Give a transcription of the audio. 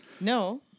No